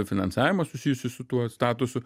finansavimą susijusį su tuo statusu